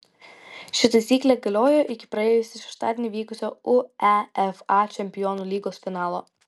ši taisyklė galiojo iki praėjusį šeštadienį vykusio uefa čempionų lygos finalo